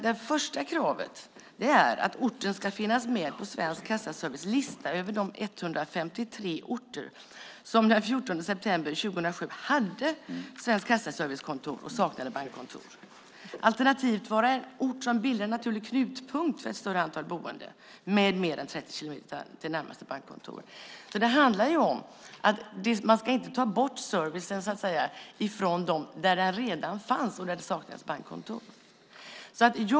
Det första kravet är att orten ska finnas med på Svensk Kassaservices lista över de 153 orter som den 14 september 2007 hade Svensk Kassaservicekontor och saknade bankkontor alternativt vara en ort som bildar en naturlig knutpunkt för ett större antal boende med mer än 30 kilometer till närmaste bankkontor. Man ska inte ta bort servicen där den redan fanns och där det saknades bankkontor.